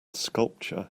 sculpture